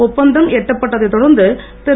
ஒப்பந்தம் எட்டப்பட்டதைத் தொடர்ந்து திரு